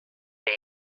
good